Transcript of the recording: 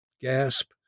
gasp